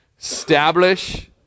establish